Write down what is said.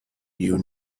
you